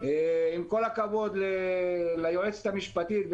עם כל הכבוד ליועצת המשפטית,